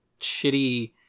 shitty